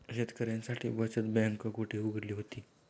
शेतकऱ्यांसाठी बचत बँक कुठे उघडली होती?